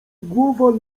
głowa